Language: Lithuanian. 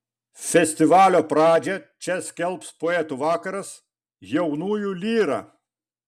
festivalio pradžią čia skelbs poetų vakaras jaunųjų lyra